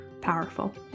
powerful